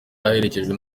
aherekejwe